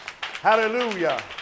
hallelujah